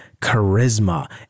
charisma